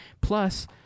Plus